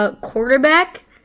quarterback